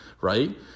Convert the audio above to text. right